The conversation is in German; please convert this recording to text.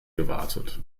gewartet